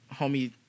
homie